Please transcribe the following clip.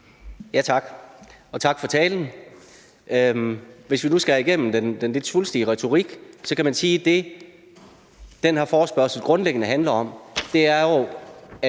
Tak. Og tak for talen. Hvis vi nu skærer igennem den lidt svulstige retorik, så kan man sige, at det, den her forespørgsel grundlæggende handler om, er